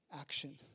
action